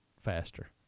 faster